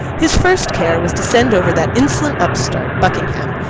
his first care was to send over that insolent upstart, buckingham,